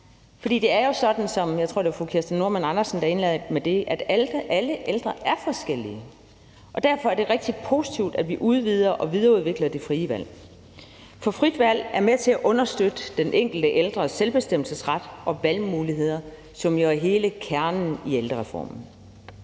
der indledte med det, at alle ældre er forskellige, og derfor er det rigtig positivt, at vi udvider og videreudvikler det frie valg. For frit valg er med til at understøtte den enkelte ældres selvbestemmelsesret og valgmuligheder, hvilket jo er hele kernen i ældrereformen.